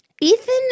Ethan